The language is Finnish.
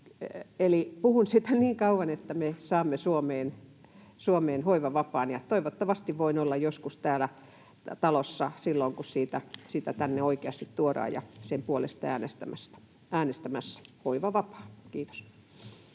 Eli puhun siitä niin kauan, että me saamme Suomeen hoivavapaan, ja toivottavasti voin olla joskus täällä talossa silloin, kun sitä tänne oikeasti tuodaan, ja sen puolesta äänestämässä. Hoivavapaa! — Kiitos.